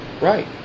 Right